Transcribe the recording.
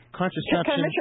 contraception